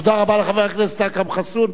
תודה רבה לחבר הכנסת אכרם חסון.